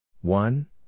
One